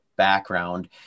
background